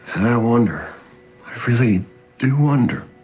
and i wonder i really do wonder